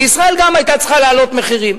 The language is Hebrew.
וגם ישראל היתה צריכה להעלות מחירים.